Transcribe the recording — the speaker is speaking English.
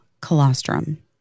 colostrum